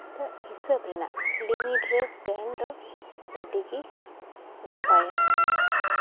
ᱛᱚ ᱦᱤᱥᱟᱹᱵ ᱨᱮᱱᱟᱜ ᱫᱩᱱᱤᱭᱟᱹ ᱨᱮ ᱛᱮᱦᱮᱱ ᱫᱚ ᱟᱹᱰᱤ ᱜᱮ ᱱᱟᱯᱟᱭᱟ